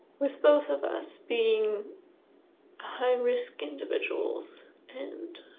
with both of us being high-risk individuals. and